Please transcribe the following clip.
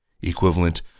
equivalent